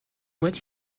which